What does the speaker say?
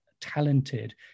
talented